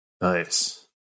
Nice